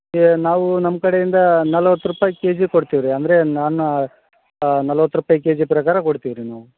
ಏ ನಾವು ನಮ್ಮ ಕಡೆಯಿಂದ ನಲ್ವತ್ತು ರೂಪಾಯಿ ಕೆಜಿ ಕೊಡ್ತಿವಿ ರೀ ಅಂದರೆ ನಾನು ನಲ್ವತ್ತು ರೂಪಾಯಿ ಕೆಜಿ ಪ್ರಕಾರ ಕೊಡ್ತಿವಿ ರೀ ನಾವು